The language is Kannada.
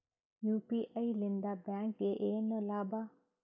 ಯು.ಪಿ.ಐ ಲಿಂದ ಬ್ಯಾಂಕ್ಗೆ ಏನ್ ಲಾಭ?